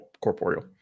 corporeal